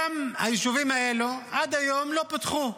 גם היישובים האלה, עד היום לא פותחו.